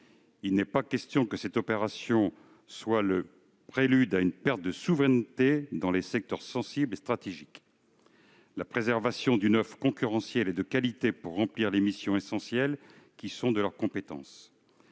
Il n'est pas question que cette opération soit le prélude à une perte de souveraineté dans des secteurs sensibles et stratégiques. La préservation d'une offre concurrentielle et de qualité pour remplir les missions essentielles qui relèvent de la compétence